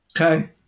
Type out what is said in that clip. Okay